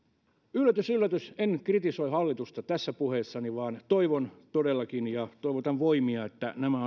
yllätys yllätys en kritisoi hallitusta tässä puheessani vaan todellakin toivon ja toivotan voimia että nämä